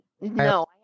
No